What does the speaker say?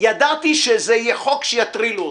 ידעתי שזה יהיה חוק שיטרילו אותי.